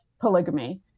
polygamy